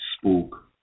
spoke